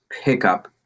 pickup